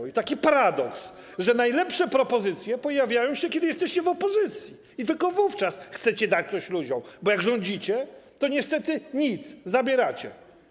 I taki paradoks, że najlepsze propozycje pojawiają się, kiedy jesteście w opozycji i tylko wówczas chcecie dać coś ludziom, bo jak rządzicie, to niestety nic - zabieracie.